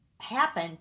happen